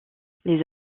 les